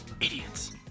Idiots